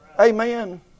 Amen